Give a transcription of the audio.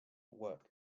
work